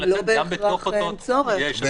לא רק לצאת, גם בתוך אותו אזור.